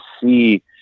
see